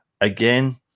Again